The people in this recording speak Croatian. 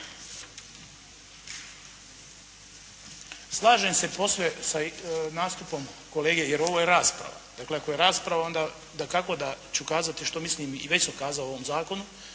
Slažem se posve sa nastupom kolege, jer ovo je rasprava. Dakle ako je rasprava onda dakako da ću kazati što mislim i već sam kazao o ovom zakonu.